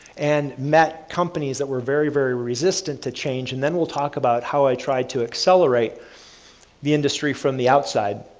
and met companies that were very, very resistant to change, and then we'll talk about how i tried to accelerate the industry from the outside.